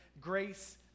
grace